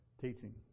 Teaching